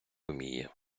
уміє